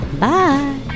Bye